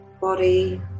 body